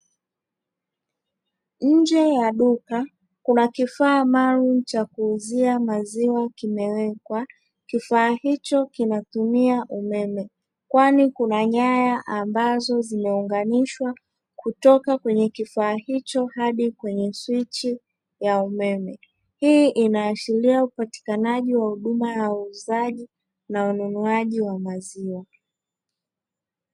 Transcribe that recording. Nje ya duka kuna kifaa maalumu cha kuuzia maziwa kimewekwa, kifaa hicho kinatumia umeme, kwani kuna nyaya ambazo zimeunganishwa kutoka kwenye kifaa hicho hadi kwenye swichi ya umeme. Hii inaashiria upatikanaji ya uuzaji na ununuaji wa maziwa.